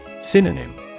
Synonym